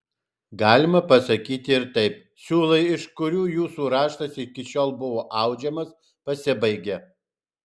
galima pasakyti ir taip siūlai iš kurių jūsų raštas iki šiol buvo audžiamas pasibaigė